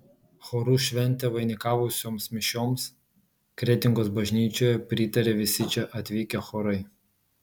chorų šventę vainikavusioms mišioms kretingos bažnyčioje pritarė visi čia atvykę chorai